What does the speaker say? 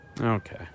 Okay